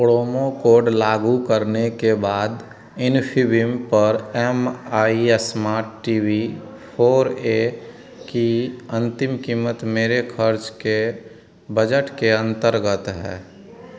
promo code लागू करने के बाद इन्फीबीम पर M I smart T V four A की अंतिम कीमत मेरे खर्च के बजट के अंतर्गत है